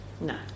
No